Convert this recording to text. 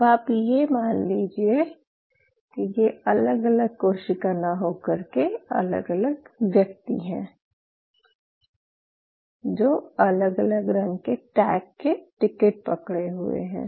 अब आप ये मान लीजिये कि ये अलग अलग कोशिका ना होकर के अलग अलग व्यक्ति हैं जो अलग अलग रंग के टैग के टिकट पकडे हुए हैं